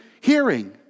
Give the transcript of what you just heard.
hearing